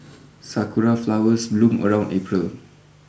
sakura flowers bloom around April